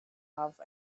love